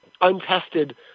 untested